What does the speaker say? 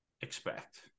expect